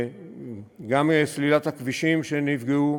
גם סלילת הכבישים שנפגעו,